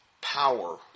power